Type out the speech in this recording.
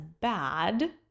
bad